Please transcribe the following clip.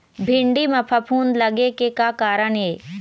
भिंडी म फफूंद लगे के का कारण ये?